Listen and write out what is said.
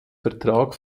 vertrag